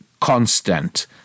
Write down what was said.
Constant